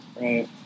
Right